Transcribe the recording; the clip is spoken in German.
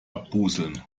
abbusseln